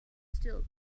still